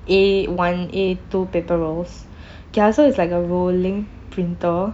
A one A two paper rolls ya so it's like a rolling printer